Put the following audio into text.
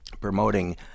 promoting